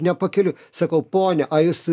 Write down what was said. ne pakeliui sakau ponia o jūs